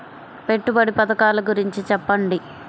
పెట్టుబడి పథకాల గురించి చెప్పండి?